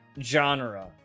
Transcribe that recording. genre